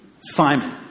Simon